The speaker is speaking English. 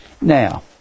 now